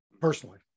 personally